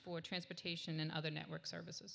for transportation and other network services